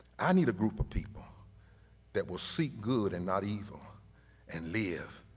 i need a group of people that will see good and not evil and live.